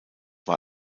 war